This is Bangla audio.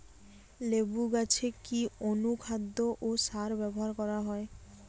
লেবু গাছে কি অনুখাদ্য ও সার ব্যবহার করা হয়?